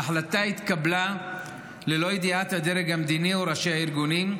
ההחלטה התקבלה ללא ידיעת הדרג המדיני או ראשי הארגונים,